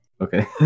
okay